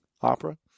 opera